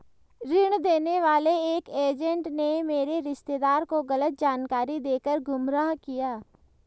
ऋण देने वाले एक एजेंट ने मेरे रिश्तेदार को गलत जानकारी देकर गुमराह किया